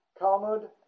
Kalmud